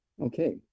Okay